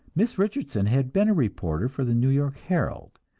miss richardson had been a reporter for the new york herald,